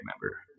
remember